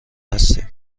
هستیم